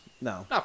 No